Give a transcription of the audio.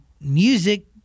music